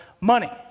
money